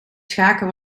schaken